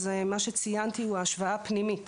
אז מה שציינתי הוא ההשוואה הפנימית